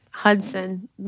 Hudson